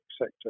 sector